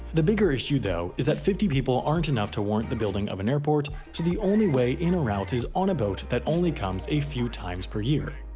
the bigger issue, though, is that fifty people aren't enough to warrant the building of an airport so the only way in or out is on a boat that only comes a few times per year.